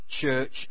church